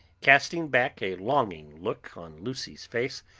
casting back a longing look on lucy's face,